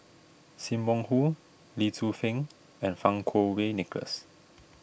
Sim Wong Hoo Lee Tzu Pheng and Fang Kuo Wei Nicholas